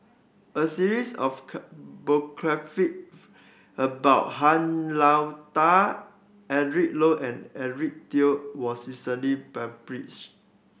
a series of about Han Lao Da Eric Low and Eric Teo was recently published